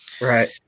Right